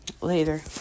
Later